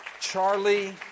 Charlie